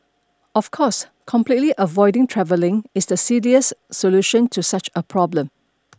of course completely avoiding travelling is the silliest solution to such a problem